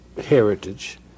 heritage